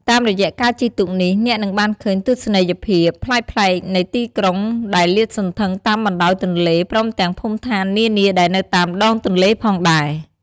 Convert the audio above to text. តាមរយៈការជិះទូកនេះ អ្នកនឹងបានឃើញទស្សនីយភាពប្លែកៗនៃទីក្រុងដែលលាតសន្ធឹងតាមបណ្ដោយទន្លេ ព្រមទាំងភូមិឋាននានាដែលនៅតាមដងទន្លេផងដែរ។